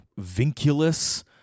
vinculus